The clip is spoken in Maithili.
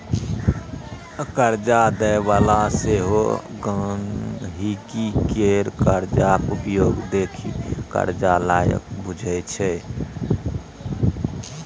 करजा दय बला सेहो गांहिकी केर करजाक उपयोग देखि करजा लायक बुझय छै